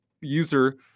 user